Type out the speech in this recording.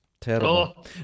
Terrible